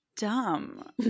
dumb